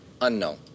unknown